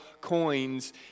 coins